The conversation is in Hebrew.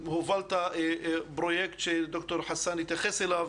הובלת גם פרויקט שד"ר חסאן התייחס אליו,